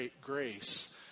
grace